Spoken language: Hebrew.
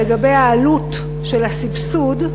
לגבי העלות של הסבסוד,